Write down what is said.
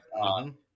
on